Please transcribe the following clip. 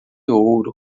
ouro